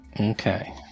Okay